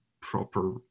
proper